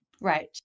right